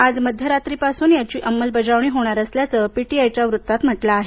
आज मध्यरात्रीपासून याची अमलबजावणी होणार असल्याचं पीटीआयच्या बातमीत म्हटलं आहे